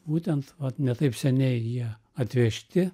būtent vat ne taip seniai jie atvežti